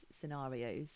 scenarios